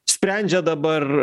sprendžia dabar